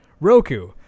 roku